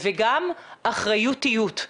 וגם אחריותיות,